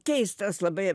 keistas labai